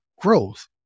growth